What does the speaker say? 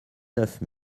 neuf